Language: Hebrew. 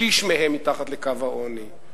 שליש מהם מתחת לקו העוני,